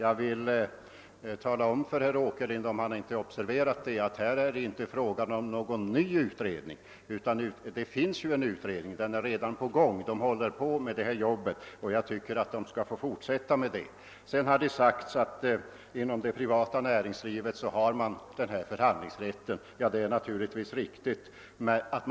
Om herr Åkerlind inte har observerat det, vill jag tala om att det nu inte är fråga om någon ny utredning, det finns redan en utredning, och den håller på med sitt arbete och bör få fortsätta med det. Det har sagts att man inom det privata näringslivet har denna förhandlingsrätt, och det är naturligtvis riktigt.